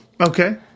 okay